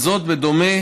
וזאת בדומה